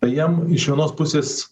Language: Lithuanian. tai jiem iš vienos pusės